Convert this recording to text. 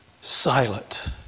silent